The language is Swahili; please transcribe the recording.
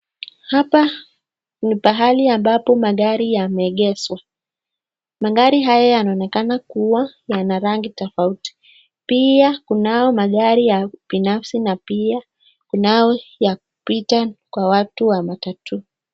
Hapa ni pahali ambapo magari yameegeshwa. Magari haya yanaonekana kuwa yana rangi tofauti. Pia kunayo magari ya binafsi na pia kunayo ya kupita kwa watu wa matatu.